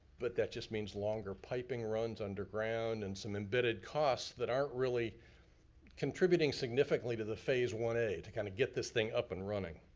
but that just means longer piping runs underground and some embedded costs that aren't really contributing significantly to the phase one a, to kinda get this thing up and running.